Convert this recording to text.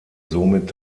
somit